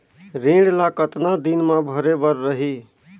ऋण ला कतना दिन मा भरे बर रही?